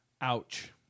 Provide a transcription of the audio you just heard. Ouch